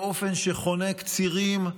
באופן שחונק צירים,